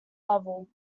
level